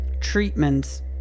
treatments